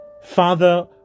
Father